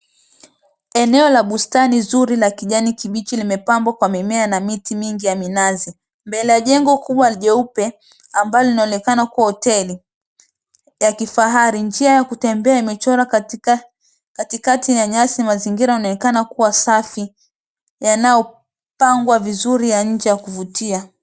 Eneo la bustani zuri la kijani kibichi limepambwa kwa mimea na miti mingi ya minazi . Mbele ya jengo kubwa jeupe ambalo linaonekana kuwa hoteli ya kifahari. Njia ya kutembea imechorwa katikati ya nyasi mazingira yameonekana kuwa safi yanayopangwa vizuri ya nchi ya kuvutia.